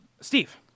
Steve